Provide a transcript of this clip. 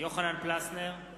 יוחנן פלסנר,